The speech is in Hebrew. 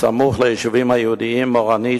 הסמוך ליישובים היהודיים אורנית,